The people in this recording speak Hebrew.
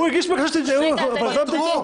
הוא הגיש בקשה, וזו עמדתו.